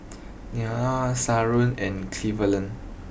Lelar Sharron and Cleveland